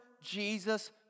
Jesus